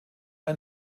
ein